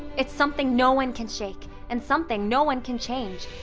it's something no one can shake and something no one can change.